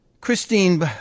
Christine